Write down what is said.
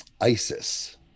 Isis